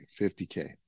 50k